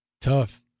Tough